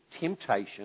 temptation